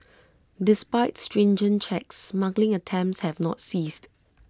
despite stringent checks smuggling attempts have not ceased